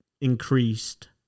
increased